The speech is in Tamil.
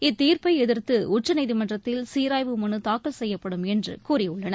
இத்தீர்ப்பை எதிர்த்து உச்சநீதிமன்றத்தில் சீராய்வு மனு தாக்கல் செய்யப்படும் என்று கூறியுள்ளனர்